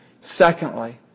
Secondly